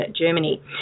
germany